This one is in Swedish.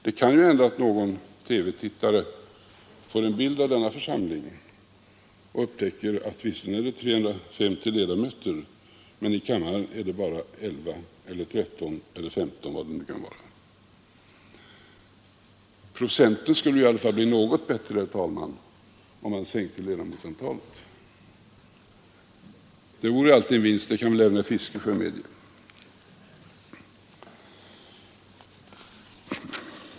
Det kan ju hända att TV-tittare får en bild av denna församling och upptäcker att visserligen finns det 350 ledamöter, men i kammaren är det bara 11 eller 13 eller 15 eller vad det nu kan vara. Procenten skulle i alla fall bli något bättre, herr talman, om man sänkte ledamotsantalet. Det vore alltid en vinst, det kan väl även herr Fiskesjö medge.